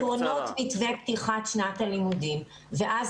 עקרונות מתווה פתיחת שנת הלימודים ואז